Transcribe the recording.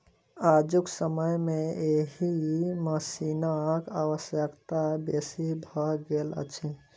आजुक समय मे एहि मशीनक आवश्यकता बेसी भ गेल अछि